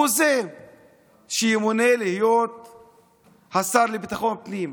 הוא זה שימונה להיות השר לביטחון פנים.